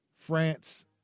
France